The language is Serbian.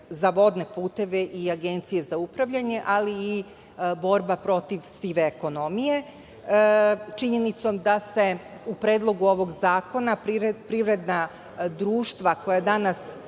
za vodne puteve i Agencije za upravljanje, ali i borba protiv sive ekonomije. Činjenicom da se u predlogu ovog zakona privredna društva koja danas